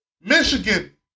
Michigan